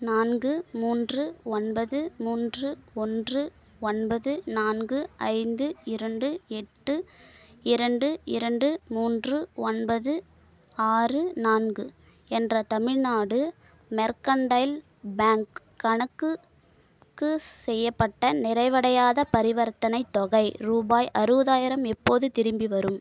நான்கு மூன்று ஒன்பது மூன்று ஒன்று ஒன்பது நான்கு ஐந்து இரண்டு எட்டு இரண்டு இரண்டு மூன்று ஒன்பது ஆறு நான்கு என்ற தமிழ்நாடு மெர்கன்டைல் பேங்க் கணக்குக்கு செய்யப்பட்ட நிறைவடையாத பரிவர்த்தனைத் தொகை ரூபாய் அறுபதாயிரம் எப்போது திரும்பி வரும்